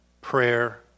prayer